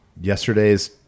yesterday's